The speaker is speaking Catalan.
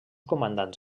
comandants